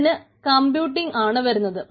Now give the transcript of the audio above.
അതിന് കമ്പ്യൂട്ട് ആണ് വരുന്നത്